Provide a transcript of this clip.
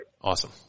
Awesome